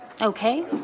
Okay